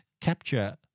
capture